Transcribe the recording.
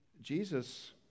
Jesus